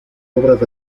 obras